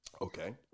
Okay